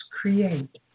create